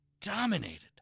dominated